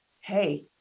hey